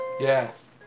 Yes